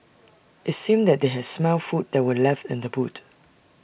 IT seemed that they had smelt the food that were left in the boot